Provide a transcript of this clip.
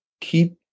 keep